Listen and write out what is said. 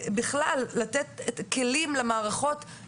בכלל, צריך לתת למערכות כלים.